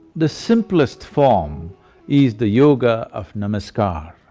the simplest form is the yoga of namaskar.